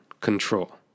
control